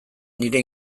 nire